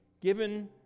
given